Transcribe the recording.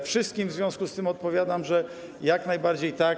Wszystkim w związku z tym odpowiadam, że jak najbardziej tak.